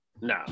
No